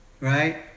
right